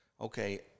Okay